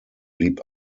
blieb